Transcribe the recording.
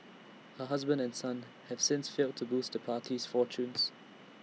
her husband and son have since failed to boost the party's fortunes